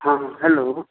हँ हँ हेलो